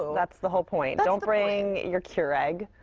that's the whole point. don't bring your keurig.